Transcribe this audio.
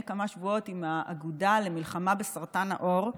כמה שבועות עם האגודה למלחמה בסרטן העור,